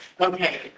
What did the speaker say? Okay